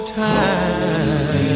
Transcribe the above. time